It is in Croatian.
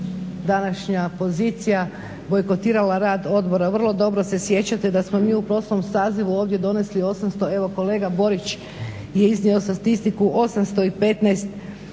današnja pozicija bojkotirala rad odbora. Vrlo dobro se sjećate da smo mi u prošlom sazivu ovdje donesli 800, evo kolega Borić je iznio statistiku, 815